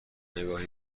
نگاهی